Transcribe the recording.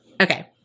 Okay